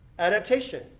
Adaptation